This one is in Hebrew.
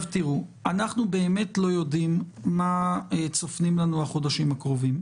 באמת לא יודעים מה צופנים לנו החודשים הקרובים.